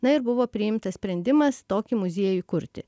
na ir buvo priimtas sprendimas tokį muziejų įkurti